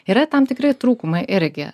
yra tam tikri trūkumai irgi